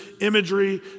imagery